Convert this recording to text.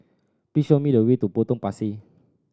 please show me the way to Potong Pasir